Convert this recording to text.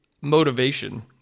motivation